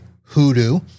hoodoo